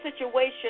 situation